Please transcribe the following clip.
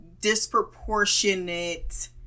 disproportionate